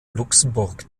luxemburg